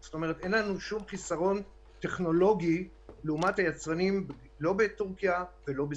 זאת אומרת שאין לנו חסרון טכנולוגי לעומת יצרנים בטורקיה או בסין.